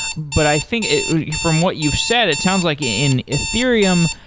but i think from what you've said, it sounds like in ethereum,